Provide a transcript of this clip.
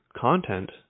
content